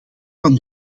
van